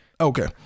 Okay